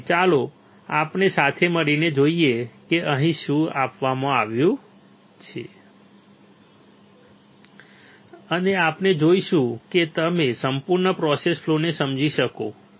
તેથી ચાલો આપણે સાથે મળીને જોઈએ કે અહીં શું આપવામાં આવ્યું છે અને આપણે જોઈશું કે તમે સંપૂર્ણ પ્રોસેસ ફલૉને સમજી શકશો